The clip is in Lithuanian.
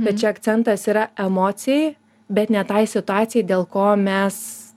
bet čia akcentas yra emocijai bet ne tai situacijai dėl ko mes